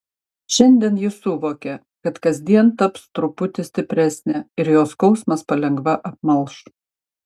šiandien ji suvokė kad kasdien taps truputį stipresnė ir jos skausmas palengva apmalš